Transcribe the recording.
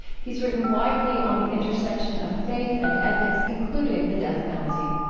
he's written widely on the intersection of faith and ethics, including the death penalty.